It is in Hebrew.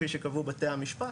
כפי שקבעו בתי המשפט,